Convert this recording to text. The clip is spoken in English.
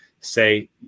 say